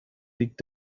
liegt